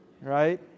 right